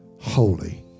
holy